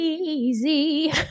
easy